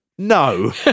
No